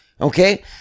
okay